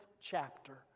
chapter